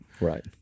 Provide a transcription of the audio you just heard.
right